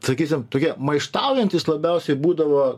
sakysim tokie maištaujantys labiausiai būdavo